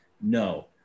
No